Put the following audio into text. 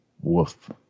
Woof